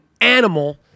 animal